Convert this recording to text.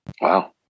Wow